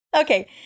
Okay